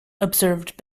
observed